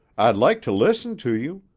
i'd like to listen to you.